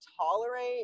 tolerate